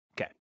Okay